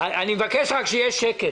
זה עוד רחוק.